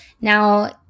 Now